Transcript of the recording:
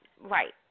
right